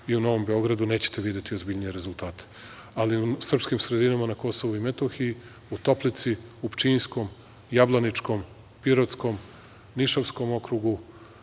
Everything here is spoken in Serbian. i u Novom Beogradu, nećete videti ozbiljnije rezultate, ali u srpskim sredinama na Kosovu i Metohiji, u Toplici, u Pčinjskom, Jablaničkom, Pirotskom, Nišavskom okrugu,